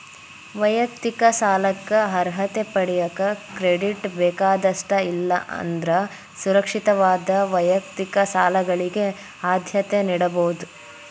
ವೈಯಕ್ತಿಕ ಸಾಲಕ್ಕ ಅರ್ಹತೆ ಪಡೆಯಕ ಕ್ರೆಡಿಟ್ ಬೇಕಾದಷ್ಟ ಇಲ್ಲಾ ಅಂದ್ರ ಸುರಕ್ಷಿತವಾದ ವೈಯಕ್ತಿಕ ಸಾಲಗಳಿಗೆ ಆದ್ಯತೆ ನೇಡಬೋದ್